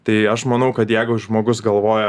tai aš manau kad jeigu žmogus galvoja